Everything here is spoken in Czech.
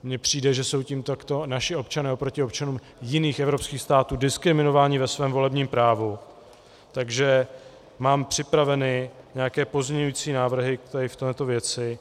Mně přijde, že jsou tím takto naši občané oproti občanům jiných evropských států diskriminováni ve svém volebním právu, takže mám připravené nějaké pozměňující návrhy v této věci.